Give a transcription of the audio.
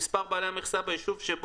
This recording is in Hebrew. אנחנו בביצה מקושקשת כבר חצי שנה.